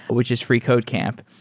which is freecodecamp,